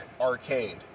arcade